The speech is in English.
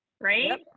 right